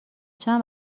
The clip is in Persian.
چند